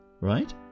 Right